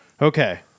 Okay